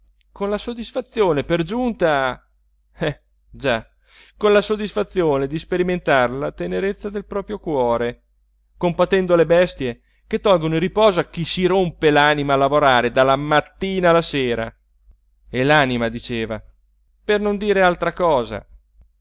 con la soddisfazione per giunta eh già con la soddisfazione di sperimentar la tenerezza del proprio cuore compatendo le bestie che tolgono il riposo a chi si rompe l'anima a lavorare dalla mattina alla sera e l'anima diceva per non dire altra cosa